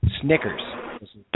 Snickers